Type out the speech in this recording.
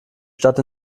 stadt